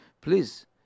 Please